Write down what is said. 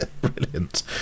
Brilliant